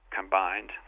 combined